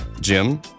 Jim